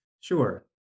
Sure